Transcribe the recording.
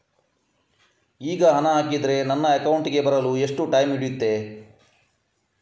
ಈಗ ಹಣ ಹಾಕಿದ್ರೆ ನನ್ನ ಅಕೌಂಟಿಗೆ ಬರಲು ಎಷ್ಟು ಟೈಮ್ ಹಿಡಿಯುತ್ತೆ?